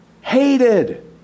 Hated